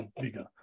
bigger